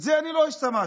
בזה אני לא השתמשתי,